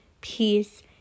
peace